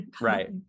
right